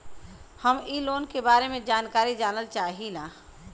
हम इ लोन के बारे मे जानकारी जाने चाहीला?